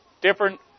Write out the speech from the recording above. different